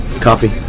coffee